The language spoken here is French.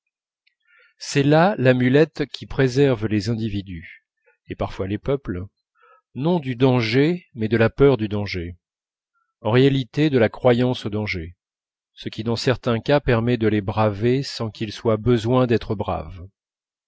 c'est là l'amulette qui préserve les individus et parfois les peuples non du danger mais de la peur du danger en réalité de la croyance au danger ce qui dans certains cas permet de le braver sans qu'il soit besoin d'être brave